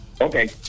Okay